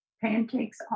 pancakes